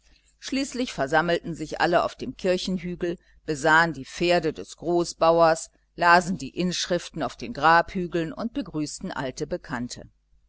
schließlich versammelten sich alle auf dem kirchenhügel besahen die pferde des großbauers lasen die inschriften auf den grabhügeln und begrüßten alte bekannte